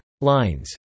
Lines